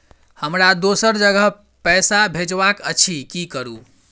हमरा दोसर जगह पैसा भेजबाक अछि की करू?